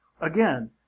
again